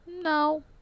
No